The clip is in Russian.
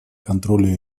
контролю